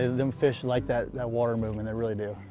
them fish like that that water movement. they really do.